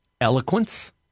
eloquence